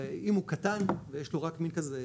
ואם הוא קטן ויש לו רק מין כזה תא,